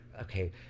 Okay